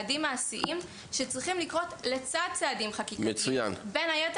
צריך להסתכל על גיל 13 של היום לא כמו על גיל 13 של פעם.